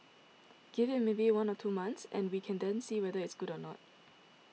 give it maybe one or two months and we can then see whether it is good or not